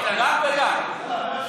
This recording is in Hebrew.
גם וגם.